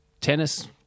tennis